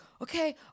okay